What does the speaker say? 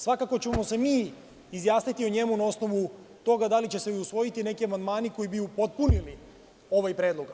Svakako ćemo se mi izjasniti o njemu na osnovu toga da li će se usvojiti neki amandmani koji bi upotpunili ovaj predlog.